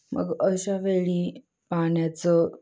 मग अशावेळी पाण्याचं